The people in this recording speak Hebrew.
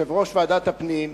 יושב-ראש ועדת הפנים,